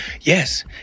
yes